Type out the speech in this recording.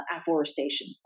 afforestation